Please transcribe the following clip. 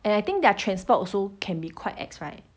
and I think their transport also can be quite ex~ right